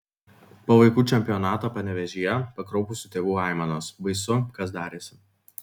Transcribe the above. po vaikų čempionato panevėžyje pakraupusių tėvų aimanos baisu kas darėsi